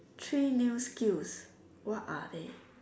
three new skills what are they